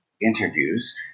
interviews